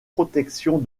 protection